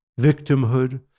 victimhood